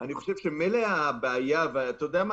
אני חושב שמילא הבעיה אתה יודע מה?